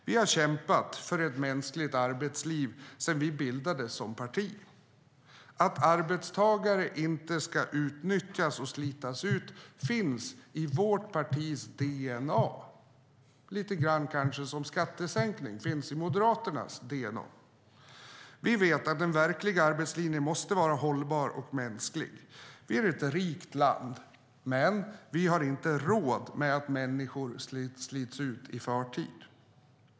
Vi har kämpat för ett mänskligt arbetsliv sedan vi bildades som parti. Att arbetstagare inte ska utnyttjas och slitas ut finns i vårt partis dna - lite grann kanske som att skattesänkning finns i Moderaternas dna. Vi vet att den verkliga arbetslinjen måste vara hållbar och mänsklig. Vi är ett rikt land, men vi har inte råd med att människor slits ut i förtid.